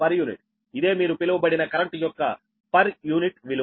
uఇదే మీరు పిలువబడిన కరెంటు యొక్క పర్ యూనిట్ విలువ